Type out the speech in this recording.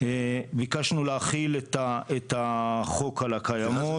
ביקשנו להחיל את החוק על הקיימות.